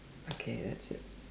okay that's it